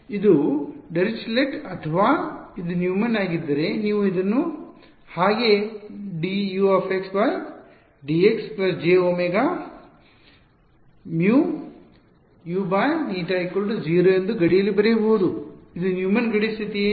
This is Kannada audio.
ಇದು ಡಿರಿಚ್ಲೆಟ್ ಅಥವಾ ಇದು ನ್ಯೂಮನ್ ಆಗಿದ್ದರೆ ನೀವು ಇದನ್ನು ಹಾಗೆ dUdx jωμUη 0 ಎಂದು ಗಡಿಯಲ್ಲಿ ಬರೆಯಬಹುದು ಇದು ನ್ಯೂಮನ್ ಗಡಿ ಸ್ಥಿತಿಯೇ